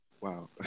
Wow